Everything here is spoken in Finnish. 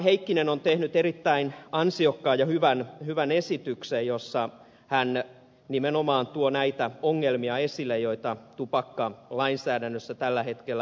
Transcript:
heikkinen on tehnyt erittäin ansiokkaan ja hyvän esityksen jossa hän nimenomaan tuo näitä ongelmia esille joita tupakkalainsäädännössä tällä hetkellä on